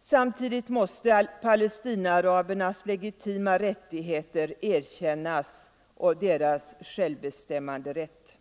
Samtidigt måste palestinaarabernas legitima rättigheter erkännas — och deras självbestämmanderätt.